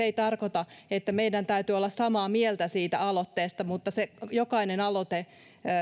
ei tarkoita että meidän täytyy olla samaa mieltä siitä aloitteesta mutta jokainen aloite